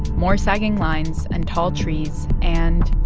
more sagging lines and tall trees and.